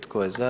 Tko je za?